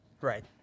Right